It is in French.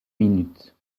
minutes